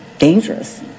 dangerous